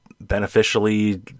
beneficially